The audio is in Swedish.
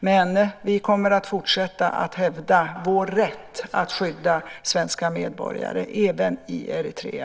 Men vi kommer att fortsätta att hävda vår rätt att skydda svenska medborgare även i Eritrea.